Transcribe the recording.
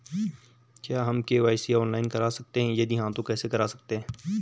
क्या हम KYC online करा सकते हैं यदि हाँ तो कैसे करा सकते हैं?